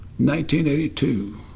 1982